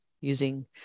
using